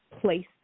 place